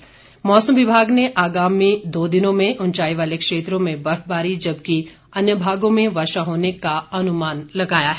इस बीच मौसम विभाग ने आगामी दो दिनों में ऊंचाई वाले क्षेत्रों में बर्फ जबकि अन्य भागों में वर्षा होने का अनुमान लगाया है